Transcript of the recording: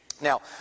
Now